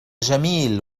جميل